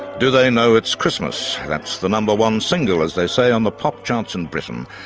do they know it's christmas that's the number one single, as they say, on the pop charts in britain,